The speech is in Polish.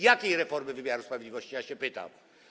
Jakiej reformy wymiaru sprawiedliwości, ja się pytam.